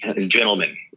gentlemen